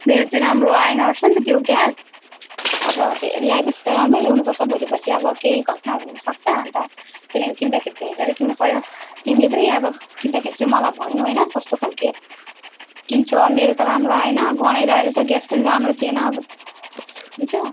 मेरो चाहिँ राम्रो आएन रहेछ नि त त्यो ग्यास अब ल्याएपछि त राम्रो ल्याउनुपर्छ भोलि पर्सि अब केही घटनाहरू हुनसक्छ अन्त त्यही लागि किन्दाखेरि चाहिँ हेरेर किन्नुपर्यो तिमीले पनि अब किन्दाखेरि चाहिँ मलाई भन्नु होइन कस्तो खालके किन्छौ अब मेरो त राम्रो आएन गन्हाइरहेको रहेछ ग्यास पनि राम्रो थिएन अब हुन्छ